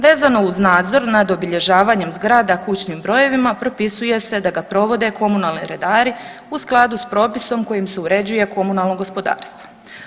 Vezano uz nadzor nad obilježavanjem zgrada kućnim brojevima propisuje se da ga provode komunalni redari u skladu s propisom kojim se uređuje komunalno gospodarstvo.